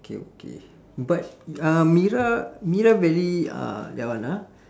okay okay but uh mira mira very uh that one ah